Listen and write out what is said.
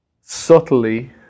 subtly